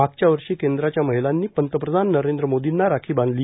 मागच्या वर्षी केंद्राच्या महिलांनी पंतप्रधान नरेंद्र मोदींना राखी बांधली